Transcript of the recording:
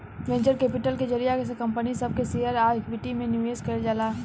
venture capital के जरिया से कंपनी सब के शेयर आ इक्विटी में निवेश कईल जाला